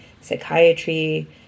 psychiatry